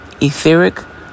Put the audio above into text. etheric